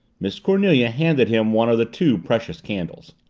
miss cornelia handed him one of the two precious candles.